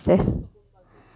ச